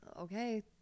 okay